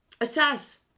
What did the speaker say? assess